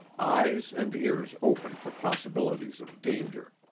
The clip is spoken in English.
eyes and ears open for possibilities of danger.